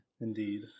Indeed